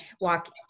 walk